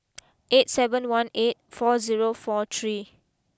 eight seven one eight four zero four three